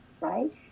right